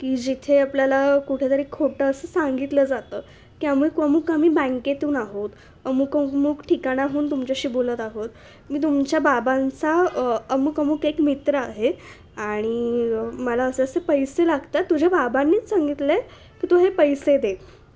की जिथे आपल्याला कुठेतरी खोटं असं सांगितलं जातं की अमुक अमुक आम्ही बँकेतून आहोत अमुक अमुक ठिकाणाहून तुमच्याशी बोलत आहोत मी तुमच्या बाबांचा अमुक अमुक एक मित्र आहे आणि मला असे असे पैसे लागतात तुझ्या बाबांनीच सांगितलं आहे की तू हे पैसे दे